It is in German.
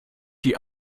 die